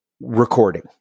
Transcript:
recording